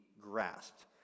grasped